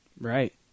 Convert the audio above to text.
Right